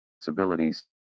possibilities